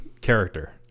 character